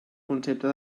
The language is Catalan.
concepte